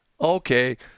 Okay